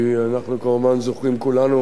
כי אנחנו כמובן זוכרים כולנו